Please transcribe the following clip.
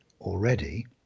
already